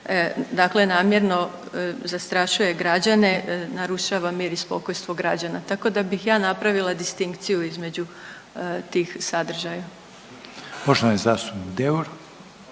dakle namjerno zastrašuje građane, narušava mir i spokojstvo građana. Tako da bih ja napravila distinkciju između tih sadržaja. **Reiner,